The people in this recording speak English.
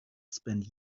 spent